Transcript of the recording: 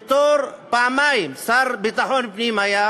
פעמיים היה שר לביטחון פנים,